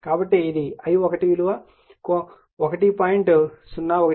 కాబట్టి ఇది i1 విలువ 1